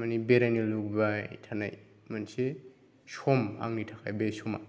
मानि बेरायनो लुबैबाय थानाय मोनसे सम आंनि थाखाय बे समा